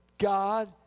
God